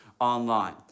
online